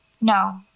No